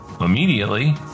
immediately